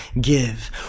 give